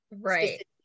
right